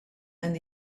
and